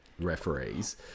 referees